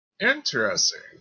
Interesting